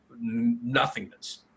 nothingness